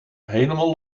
helemaal